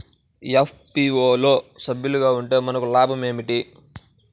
FPO లో సభ్యులుగా ఉంటే మనకు లాభం ఏమిటి?